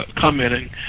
commenting